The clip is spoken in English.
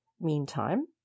Meantime